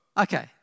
Okay